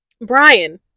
brian